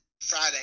Friday